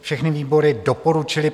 Všechny výbory doporučily